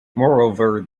moreover